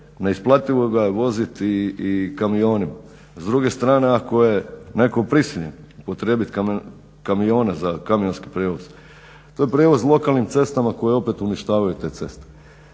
neisplativo ga je voziti i kamionima. S druge strane, ako je netko prisiljen upotrijebiti kamione za kamionski prijevoz to je prijevoz lokalnim cestama koje opet uništavaju te ceste.